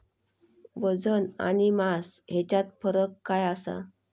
वजन आणि मास हेच्यात फरक काय आसा?